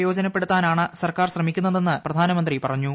പ്രയോജനപ്പെടുത്താനാണ് സർക്കാർ ശ്രമിക്കുന്നതെന്ന് പ്രധാനമന്ത്രി പറഞ്ഞു